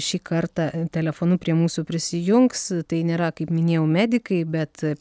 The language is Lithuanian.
šį kartą telefonu prie mūsų prisijungs tai nėra kaip minėjau medikai bet